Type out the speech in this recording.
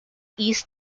east